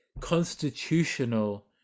constitutional